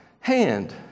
hand